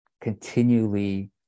continually